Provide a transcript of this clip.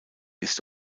ist